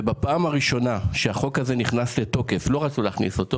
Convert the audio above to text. ובפעם הראשונה שהחוק הזה נכנס לתוקף כי לא רצו להכניס אותו